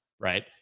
right